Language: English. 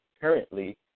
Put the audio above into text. currently